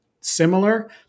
similar